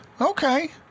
okay